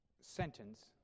sentence